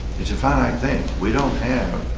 it's a finite thing. we don't have,